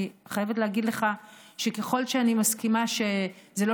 אני חייבת להגיד לך שככל שאני מסכימה שזה לא